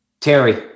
Terry